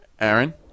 Aaron